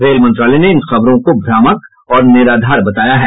rail मंत्रालय ने इन खबरों को भ्रामक और निराधार बताया है